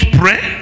pray